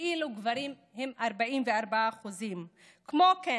ואילו גברים הם 44%. כמו כן,